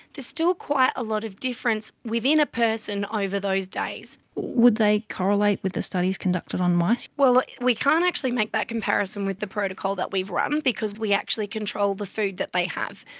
still quite a lot of difference within a person over those days. would they correlate with the studies conducted on mice? well, we can't actually make that comparison with the protocol that we've run, because we actually controlled the food that they have.